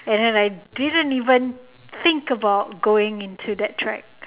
and I like didn't even think about going into that track